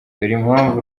impamvu